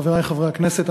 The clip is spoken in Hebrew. חברי חברי הכנסת,